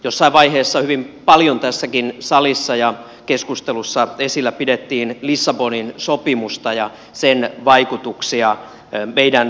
jossain vaiheessa hyvin paljon tässäkin salissa ja keskustelussa esillä pidettiin lissabonin sopimusta ja sen vaikutuksia meidän turvallisuuskysymyksiimme